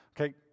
Okay